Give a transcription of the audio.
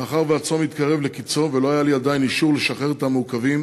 מאחר שהצום התקרב לקצו ולא היה לי עדיין אישור לשחרר את המעוכבים,